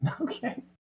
Okay